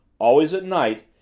always at night,